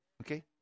Okay